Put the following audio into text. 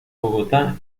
bogotá